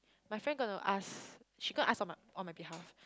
my friend gonna to ask she go ask on my on my behalf